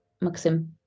Maxim